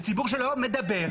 זה ציבור שלא מדבר,